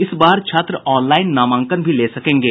इस बार छात्र ऑनलाईन नामांकन भी ले सकेंगे